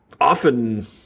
often